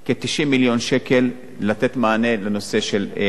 שקל לתת מענה בנושא של ביטחון תזונתי.